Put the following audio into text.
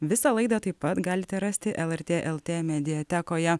visą laidą taip pat galite rasti lrt lt mediatekoje